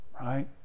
right